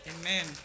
Amen